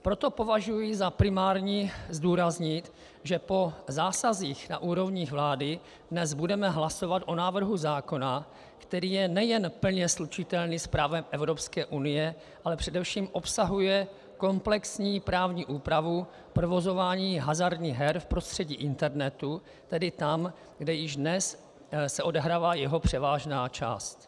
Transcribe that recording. Proto považuji za primární zdůraznit, že po zásazích na úrovni vlády dnes budeme hlasovat o návrhu zákona, který je nejen plně slučitelný s právem Evropské unie, ale především obsahuje komplexní právní úpravu provozování hazardních her v prostředí internetu, tedy tam, kde již dnes se odehrává jeho převážná část.